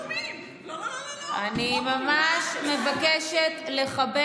לא, אנחנו צוחקים ממה שאנחנו שומעים.